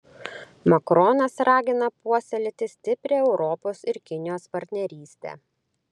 makronas ragina puoselėti stiprią europos ir kinijos partnerystę